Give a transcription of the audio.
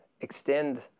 extend